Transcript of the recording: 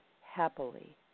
happily